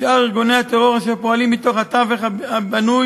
ושאר ארגוני הטרור שפועלים מתוך התווך הבנוי,